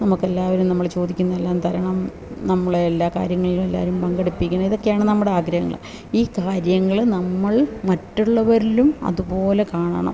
നമുക്കെല്ലാവരും നമ്മൾ ചോദിക്കുന്നതെല്ലാം തരണം നമ്മളെ എല്ലാ കാര്യങ്ങളിലും എല്ലാവരും പങ്കെടുപ്പിക്കണം ഇതൊക്കെയാണ് നമ്മുടെ ആഗ്രഹങ്ങൾ ഈ കാര്യങ്ങൾ നമ്മൾ മറ്റുള്ളവരിലും അതുപോലെ കാണണം